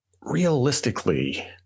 realistically